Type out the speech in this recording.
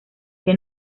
que